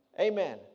Amen